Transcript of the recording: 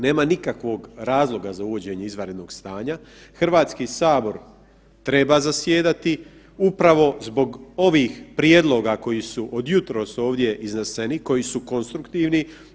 Nema nikakvog razloga za uvođenje izvanrednog stanja, Hrvatski sabor treba zasjedati upravo zbog ovih prijedloga koji su od jutros ovdje izneseni koji su konstruktivni.